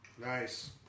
Nice